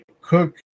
Cook